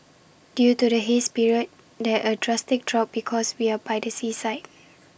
due to the haze period there A drastic drop because we are by the seaside